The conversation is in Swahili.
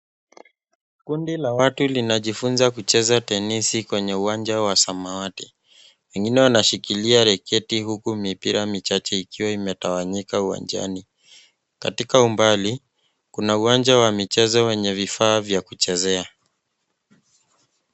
Kundi la watu linajifunza kucheza tenisi , kwenye uwanja wa samawati. Wengine wanashikilia raketi, huku mipira michache, ikiwa imetawanyika uwanjani. Kwa umbali, kuna uwanja wa michezo wenye vifaa vya kuchezea.